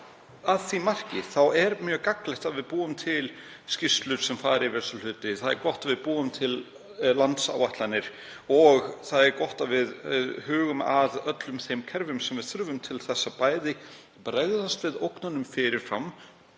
Að því marki er mjög gagnlegt að við búum til skýrslur þar sem farið er yfir þessa hluti. Það er gott að við búum til landsáætlanir og það er gott að við hugum að öllum þeim kerfum sem við þurfum til þess að bregðast við ógnunum fyrir fram,